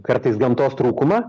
kartais gamtos trūkumą